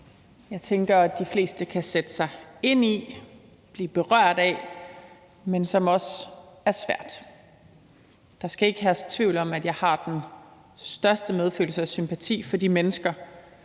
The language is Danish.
jeg tænker at de fleste kan sætte sig ind i og blive berørt af, men som også er svært. Der skal ikke herske tvivl om, at jeg har den største medfølelse og sympati for de mennesker,